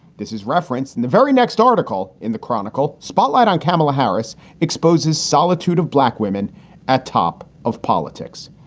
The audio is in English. this is referenced in the very next article in the chronicle. spotlight on kamala harris exposes solitude of black women at top of politics.